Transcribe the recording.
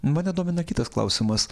mane domina kitas klausimas